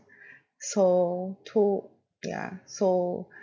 so two yeah so